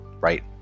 right